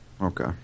Okay